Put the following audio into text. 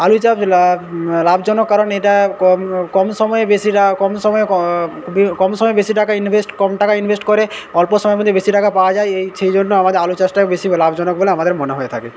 আলু চাষ লাভ লাভজনক কারণ এটা কম কম সময়ে বেশী লাভ কম সময়ে কম সময়ে বেশী টাকা ইনভেস্ট কম টাকা ইনভেস্ট করে অল্প সময়ের মধ্যে বেশী টাকা পাওয়া যায় এই সেইজন্য আমাদের আলু চাষটা বেশী লাভজনক বলে আমাদের মনে হয়ে থাকে